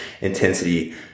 intensity